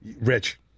Rich